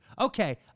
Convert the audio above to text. Okay